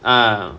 ah